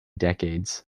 decades